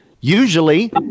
usually